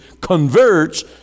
converts